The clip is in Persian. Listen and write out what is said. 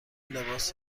لباس